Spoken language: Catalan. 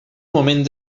moment